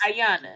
Ayana